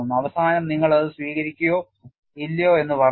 അവസാനം നിങ്ങൾ അത് സ്വീകരിക്കുകയോ ഇല്ലയോ എന്ന് പറയുന്നു